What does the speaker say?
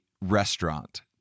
restaurant